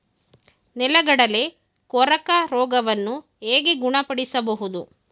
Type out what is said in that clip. ನೆಲಗಡಲೆ ಕೊರಕ ರೋಗವನ್ನು ಹೇಗೆ ಗುಣಪಡಿಸಬಹುದು?